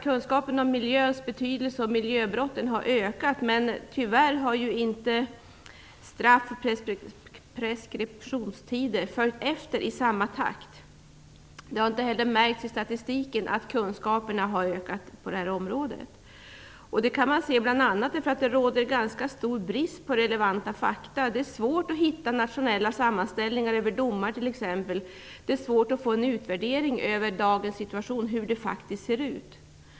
Kunskapen om miljöns betydelse och miljöbrotten har ökat, men tyvärr har inte straff och preskriptionstiden följt efter i samma takt. Det har inte heller märkts i statistiken att kunskapen har ökat på det här området. Det råder ganska stor brist på relevanta fakta. Det är t.ex. svårt att hitta nationella sammanställningar över domar. Det är svårt att få en utvärdering av hur den faktiska situationen är i dag.